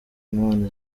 imana